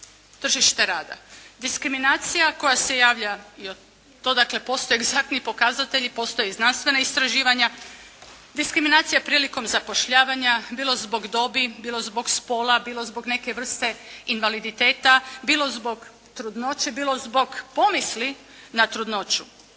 Tržište rada. Diskriminacija koja se javlja, to dakle postoje egzaktni pokazatelji, postoje znanstvena istraživanja. Diskriminacija prilikom zapošljavanja bilo zbog dobi, bilo zbog spola, bilo zbog neke vrste invaliditeta, bilo zbog trudnoće, bilo zbog pomisli na trudnoću.